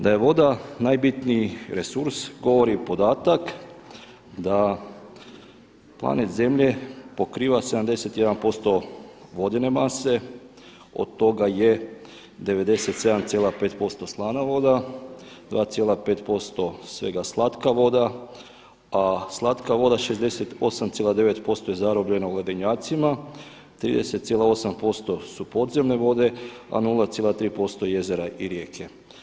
Da je voda najbitniji resurs govori i podatak da planet Zemlja pokriva 71% vodene mase, od toga je 97,5% slana voda, 2,5% svega slatka voda, a slatka voda 68m,9% je zarobljeno u ledenjacima, 30,58% su podzemne vode a 0,3% jezera i rijeke.